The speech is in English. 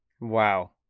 wow